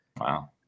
Wow